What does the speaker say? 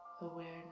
awareness